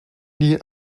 die